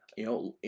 you know,